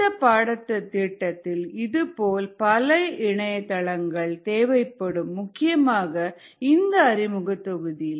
இந்தப் பாடத்திட்டத்தில் இதுபோல் பல இணையதளங்கள் தேவைப்படும் முக்கியமாக இந்த அறிமுக தொகுதியில்